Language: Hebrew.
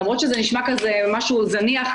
למרות שזה נשמע משהו זניח,